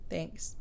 Thanks